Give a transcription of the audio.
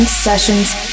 sessions